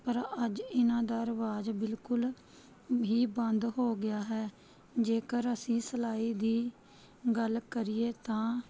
ਪਰ ਅੱਜ ਇਨ੍ਹਾਂ ਦਾ ਰਿਵਾਜ਼ ਬਿਲਕੁਲ ਹੀ ਬੰਦ ਹੋ ਗਿਆ ਹੈ ਜੇਕਰ ਅਸੀਂ ਸਿਲਾਈ ਦੀ ਗੱਲ ਕਰੀਏ ਤਾਂ